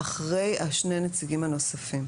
אחרי שני הנציגים הנוספים.